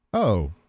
oh,